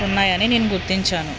ఉన్నాయని నేను గుర్తించాను